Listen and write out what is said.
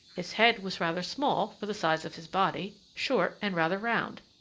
his head was rather small for the size of his body, short and rather round.